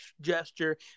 gesture